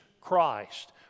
Christ